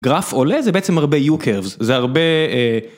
גרף עולה זה בעצם הרבה U curves זה הרבה.